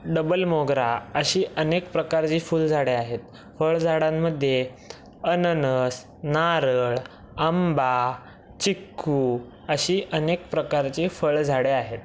double मोगरा अशी अनेक प्रकारची फुलझाडे आहेत फळझाडांमध्ये अननस नारळ आंबा चिक्कू अशी अनेक प्रकारची फळझाडे आहेत